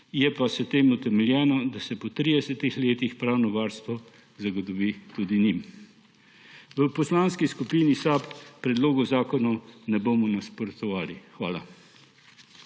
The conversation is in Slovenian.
je pa s tem utemeljeno, da se po 30 letih pravno varstvo zagotovi tudi njim. V Poslanski skupini SAB predlogom zakonov ne bomo nasprotovali. Hvala.